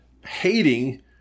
hating